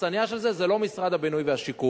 האכסניה של זה היא לא משרד הבינוי והשיכון.